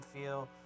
feel